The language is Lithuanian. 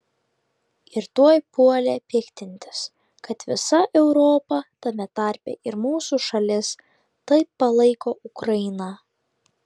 ir tuoj puolė piktintis kad visa europa tame tarpe ir mūsų šalis taip palaiko ukrainą